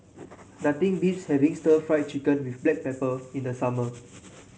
nothing beats having stir Fry Chicken with Black Pepper in the summer